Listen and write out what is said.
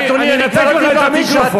אני אנתק לך את המיקרופון.